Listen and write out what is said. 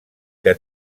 que